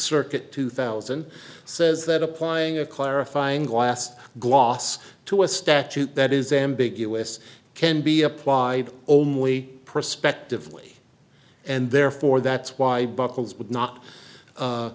circuit two thousand says that applying a clarifying last gloss to a statute that is ambiguous can be applied only prospectively and therefore that's why buckles would not